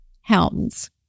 Helms